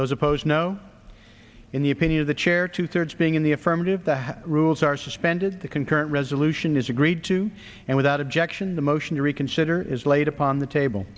those opposed no in the opinion of the chair two thirds being in the affirmative the rules are suspended the concurrent resolution is agreed to and without objection the motion to reconsider is laid upon the table